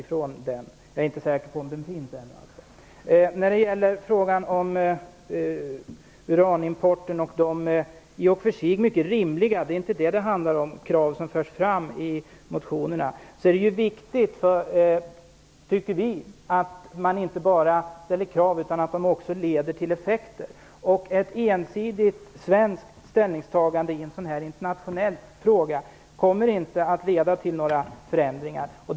Jag är inte säker på att den finns ännu. När det gäller frågan om uranimporten och de i och för sig mycket rimliga krav som förs fram i motionerna - för det är inte detta det handlar om - tycker vi att det är viktigt att man inte bara ställer krav, utan att de också leder till effekter. Ett ensidigt svenskt ställningstagande i en sådan här internationell fråga kommer inte att leda till några förändringar.